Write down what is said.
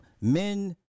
men